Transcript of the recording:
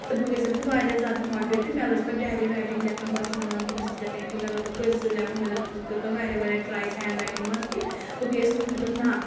تہٕ بہٕ گٔیَس اَمہِ سۭتۍ واریاہ زیادٕ ماٹِویٹ تہٕ مےٚ لٔج پَتہٕ ڈیری رایٹِنٛگ لیٚکھٕنۍ بہٕ ٲسٕس تِمَن دَپان کہِ بہٕ چھَس لٮ۪کھان یِتھ کَنۍ مےٚ دوٚپُکھ کٔرسیوٗ لٮ۪کھُن مےٚ پیوٚو واریاہ واریاہ ٹرٛایِز ہینٛڈ رایٹِنٛگ منٛز کہِ بہٕ گٔیَس خۄش مےٚ دوٚپ نَہ